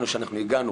כולנו, שאנחנו הגענו